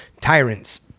tyrants